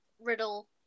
riddle